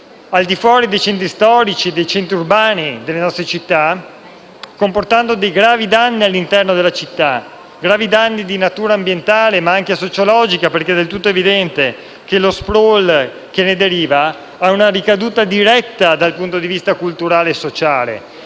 al di fuori dei centri storici, dei centri urbani delle nostre città, comportando gravi danni all'interno della città di natura ambientale ma anche sociologica. È del tutto evidente, infatti, che lo *sprawl* che ne deriva ha una ricaduta diretta dal punto di vista culturale e sociale,